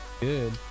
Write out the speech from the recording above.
Good